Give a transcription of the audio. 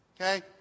Okay